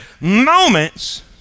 moments